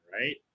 Right